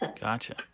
Gotcha